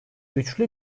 üçlü